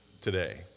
today